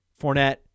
Fournette